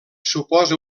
suposa